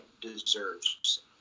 deserves